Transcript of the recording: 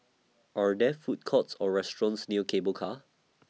Are There Food Courts Or restaurants near Cable Car